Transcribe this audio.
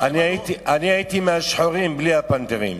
אני הייתי מהשחורים בלי הפנתרים.